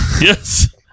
Yes